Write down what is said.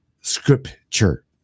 scripture